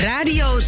Radio